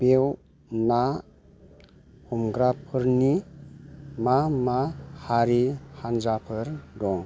बेव ना हमग्राफोरनि मा मा हारि हान्जाफोर दं